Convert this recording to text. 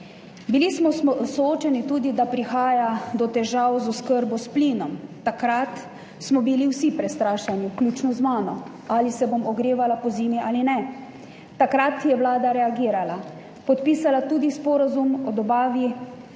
Bili smo soočeni tudi s tem, da prihaja do težav z oskrbo s plinom. Takrat smo bili vsi prestrašeni, vključno z mano, ali se bom ogrevala pozimi ali ne. Takrat je vlada reagirala. Podpisala je tudi sporazum o dobavi